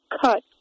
cut